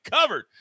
covered